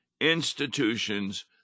institutions